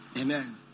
amen